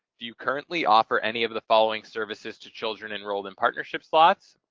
do you currently offer any of the following services to children enrolled in partnership slots?